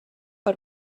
per